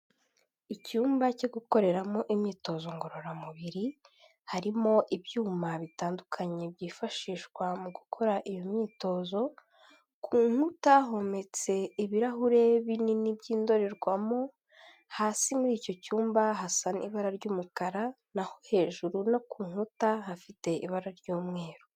Icyumba cyo gukoreramo imyitozo ngororamubiri, harimo ibyuma bitandukanye byifashishwa mu gukora iyo myitozo, ku nkuta hometse ibirahure binini by'indorerwamo, hasi muri icyo cyumba hasa n'ibara ry'umukara naho hejuru no ku nkuta, hafite ibara ry'umweru.